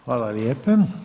Hvala lijepa.